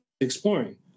exploring